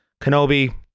Kenobi